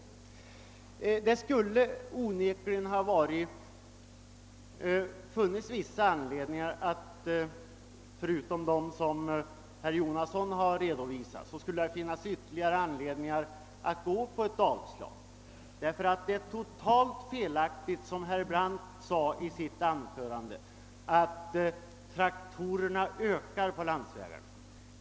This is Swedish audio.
Det skulle onekligen ha funnits vissa anledningar — förutom dem som herr Jonasson redovisat — att yrka på avslag. Det är nämligen totalt felaktigt att påstå, såsom herr Brandt gjorde i sitt anförande, att traktorerna ökar i antal på vägarna.